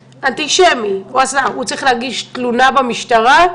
אנטישמי אז הוא צריך להגיש תלונה במשטרה?